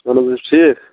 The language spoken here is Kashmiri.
اَہَن حظ تُہۍ چھِو ٹھیٖک